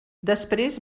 després